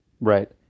Right